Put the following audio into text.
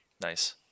nice